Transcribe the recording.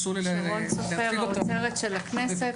האוצרת של הכנסת,